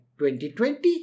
2020